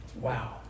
Wow